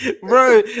bro